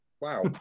Wow